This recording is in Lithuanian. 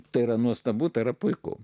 tai yra nuostabu tai yra puiku